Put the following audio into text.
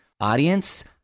Audience